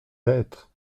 hêtres